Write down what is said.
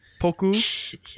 Poku